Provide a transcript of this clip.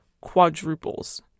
quadruples